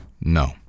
No